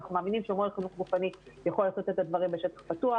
אנחנו מאמינים שמורה לחינוך גופני יכול לתת שיעור בשטח פתוח,